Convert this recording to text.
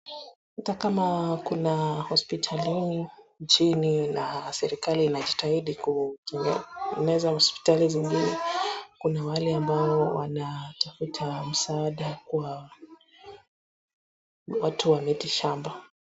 Hata kama kuna hosipitalini nchini na serikali inajitahidi kutengeneza hosipitali zingine, kuna wale ambao wanatafuta msaada kwa watu wa miti shamba.